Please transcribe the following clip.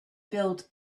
built